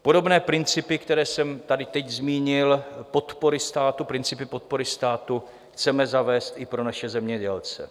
Podobné principy, které jsem tady teď zmínil, principy podpory státu, chceme zavést i pro naše zemědělce.